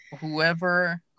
whoever